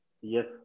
Yes